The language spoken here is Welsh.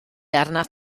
arnat